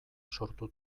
sortu